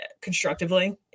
constructively